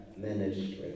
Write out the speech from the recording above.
ministry